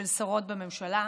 של שרות בממשלה.